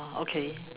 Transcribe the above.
okay